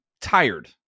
tired